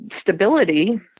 stability